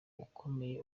ukomeye